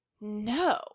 No